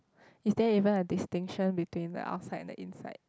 is there even a distinction between the outside and inside